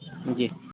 جی